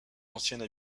ancienne